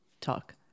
talk